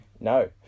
No